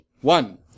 One